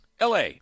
la